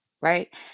right